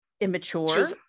immature